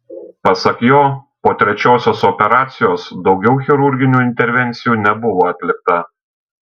pasak jo po trečiosios operacijos daugiau chirurginių intervencijų nebuvo atlikta